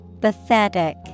Pathetic